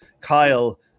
Kyle